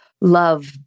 love